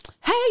Hey